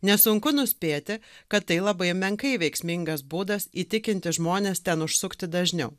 nesunku nuspėti kad tai labai menkai veiksmingas būdas įtikinti žmones ten užsukti dažniau